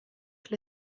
fill